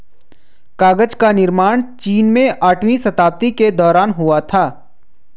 कागज का निर्माण चीन में आठवीं शताब्दी के दौरान हुआ था